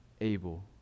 Abel